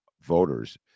voters